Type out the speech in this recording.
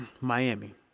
Miami